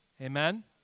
Amen